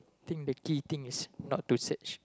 think the key things is not to search